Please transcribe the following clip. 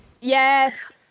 Yes